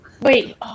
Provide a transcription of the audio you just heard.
Wait